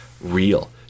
real